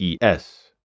ES